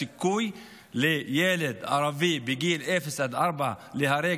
הסיכוי לילד ערבי בגיל אפס עד ארבע להיהרג